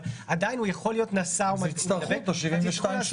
אבל עדיין הוא יכול להיות נשא או להידבק -- אז יצטרכו את ה-72 שעות,